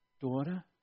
daughter